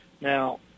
now